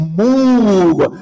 move